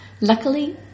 Luckily